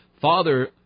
Father